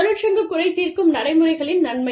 தொழிற்சங்க குறை தீர்க்கும் நடைமுறைகளின் நன்மைகள்